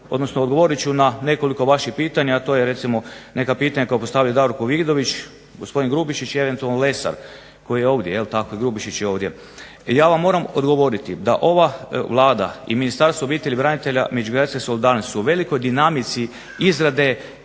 odnosno odgovorit ću na nekoliko vaših pitanja, a to je recimo neka pitanja koja je postavio Davorko Vidović, gospodin Grubišić, i eventualno Lesar, koji je ovdje je li tako, i Grubišić je ovdje. Ja vam odgovoriti, da ova Vlada i Ministarstvo obitelji, branitelja i međugeneracijske solidarnosti su u velikoj dinamici izrade